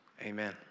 Amen